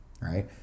Right